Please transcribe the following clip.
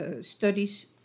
studies